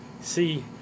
see